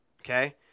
Okay